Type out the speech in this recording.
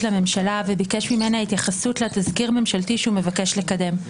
לממשלה וביקש ממנה התייחסות לתזכיר ממשלתי שהוא מבקש לקדם.